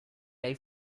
lei